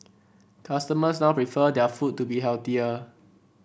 customers now prefer their food to be healthier